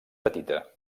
petita